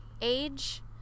age